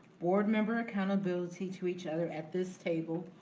board member accountability to each other at this table,